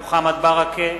אינו נוכח מוחמד ברכה,